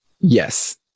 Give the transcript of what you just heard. Yes